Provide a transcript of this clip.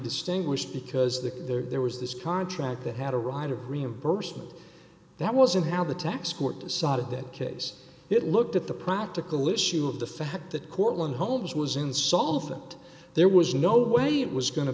distinguished because the there was this contract that had a right of reimbursement that wasn't how the tax court decided that case it looked at the practical issue of the fact that cortland holmes was insolvent there was no way it was go